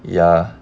ya